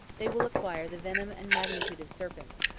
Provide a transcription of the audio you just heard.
they will acquire the venom and magnitude of serpents.